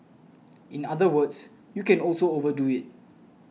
in other words you can also overdo it